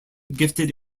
gifted